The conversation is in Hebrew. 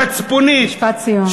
מצפונית, משפט סיום.